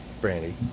Brandy